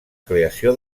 creació